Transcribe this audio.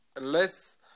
less